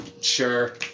sure